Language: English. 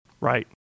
Right